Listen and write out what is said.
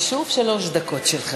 ושוב, שלוש דקות שלך.